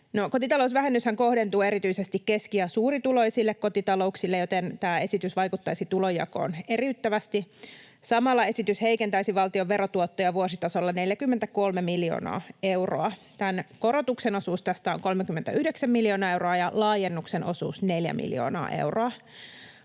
kotitalousvähennyshän kohdentuu erityisesti keski- ja suurituloisille kotitalouksille, joten tämä esitys vaikuttaisi tulonjakoon eriyttävästi. Samalla esitys heikentäisi valtion verotuottoja vuositasolla 43 miljoonaa euroa. Korotuksen osuus tästä on 39 miljoonaa euroa ja laajennuksen osuus 4 miljoonaa euroa.